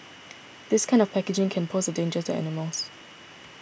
this kind of packaging can pose a danger to animals